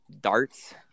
darts